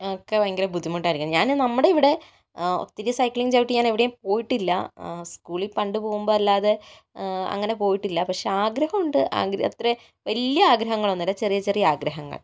ഒക്കെ ഭയങ്കര ബുദ്ധിമുട്ടായിരിക്കും ഞാൻ നമ്മുടെ ഇവിടെ ഒത്തിരി സൈക്കിളിങ് ചവിട്ടി ഞാൻ എവിടെയും പോയിട്ടില്ല സ്കൂളിൽ പണ്ട് പോകുമ്പോൾ അല്ലാതെ അങ്ങനെ പോയിട്ടില്ല പക്ഷേ ആഗ്രഹം ഉണ്ട് ആഗ്ര അത്ര വലിയ ആഗ്രഹങ്ങൾ ഒന്നുമില്ല ചെറിയ ചെറിയ ആഗ്രഹങ്ങൾ